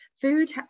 food